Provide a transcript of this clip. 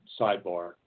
sidebar